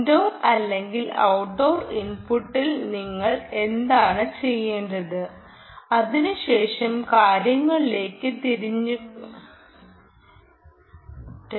indoor അല്ലെങ്കിൽ outdoor ഇൻപുട്ടിൽ നിങ്ങൾ എന്താണ് ചെയ്യേണ്ടത് അതിനുശേഷം കാര്യങ്ങളിലേക്ക് തിരക്കുകൂട്ടരുത്